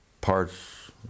parts